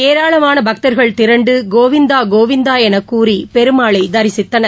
ஏராளமான பக்தர்கள் திரண்டு கோவிந்தா கோவிந்தா என கூறி பெருமாளை தரிசித்தனர்